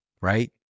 right